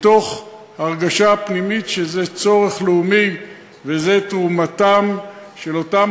מתוך הרגשה פנימית שזה צורך לאומי וזו תרומתן של אותן